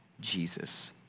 Jesus